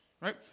Right